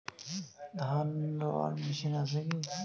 ধান রোয়ার মেশিন আছে কি?